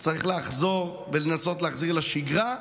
צריך לחזור ולנסות להחזיר לשגרה,